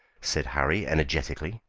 said harry, energetically.